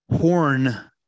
horn